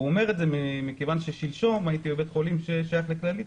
הוא אומר את זה מכיוון ששלשום הייתי בבית חולים ששייך לכללית,